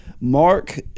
Mark